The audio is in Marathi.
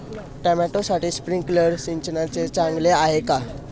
टोमॅटोसाठी स्प्रिंकलर सिंचन चांगले आहे का?